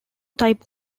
type